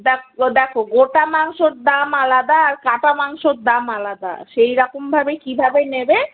দেখ দেখ গোটা মাংসর দাম আলাদা আর কাটা মাংসর দাম আলাদা সেইরকম ভাবেই কীভাবে নেবে